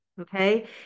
okay